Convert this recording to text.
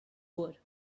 were